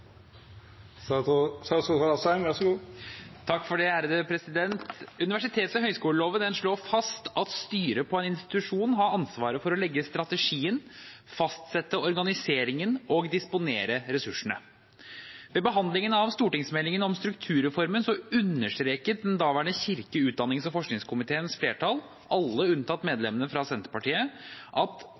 Universitets- og høyskoleloven slår fast at styret for en institusjon har ansvaret for å legge strategien, fastsette organiseringen og disponere ressursene. Ved behandlingen av stortingsmeldingen om strukturreformen understreket den daværende kirke-, utdannings- og forskningskomiteens flertall, alle unntatt medlemmet fra Senterpartiet: